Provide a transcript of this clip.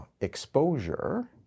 exposure